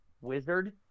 wizard